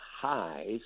highs